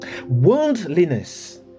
Worldliness